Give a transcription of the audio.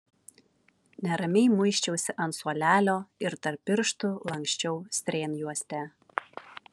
neramiai muisčiausi ant suolelio ir tarp pirštų lanksčiau strėnjuostę